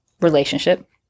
relationship